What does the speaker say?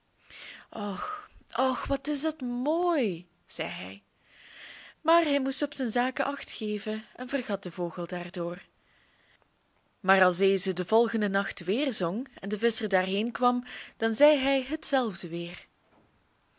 och och wat is dat mooi zei hij maar hij moest op zijn zaken acht geven en vergat den vogel daardoor maar als deze den volgenden nacht weer zong en de visscher daarheen kwam dan zei hij hetzelfde weer